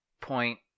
point